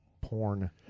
porn